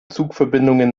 zugverbindungen